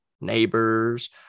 neighbors